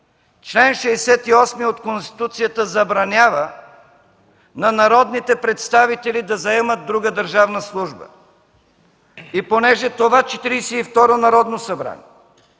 Член 68 от Конституцията забранява на народните представители да заемат друга държавна служба. И понеже това Четиридесет